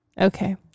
Okay